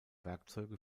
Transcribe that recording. werkzeuge